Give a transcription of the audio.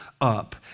up